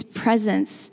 presence